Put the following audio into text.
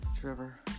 Trevor